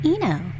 Eno